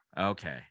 Okay